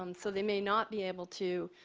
um so they may not be able to,